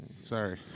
Sorry